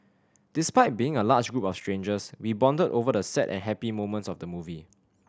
despite being a large group of strangers we bonded over the sad and happy moments of the movie